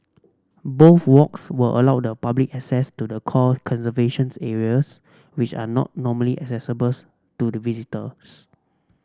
both walks will allow the public access to the core conservation's areas which are not normally accessible to the visitors